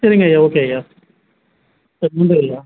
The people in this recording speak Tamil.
சரிங்கய்யா ஓகே ஐயா நன்றி ஐயா